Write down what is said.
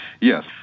Yes